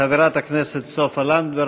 חברת הכנסת סופה לנדבר,